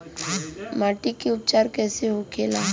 माटी के उपचार कैसे होखे ला?